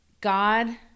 God